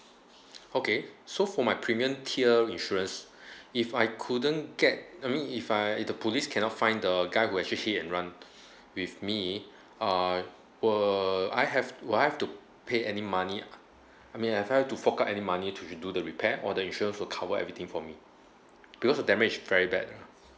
okay so for my premium tier insurance if I couldn't get I mean if I if the police cannot find the guy who actually hit and run with me uh will I have do I have to pay any money I mean I've have to fork out any money to do the repair or the insurance will cover everything for me because the damage very bad lah